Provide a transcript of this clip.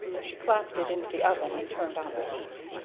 she clapped it into the oven and turned on the heat.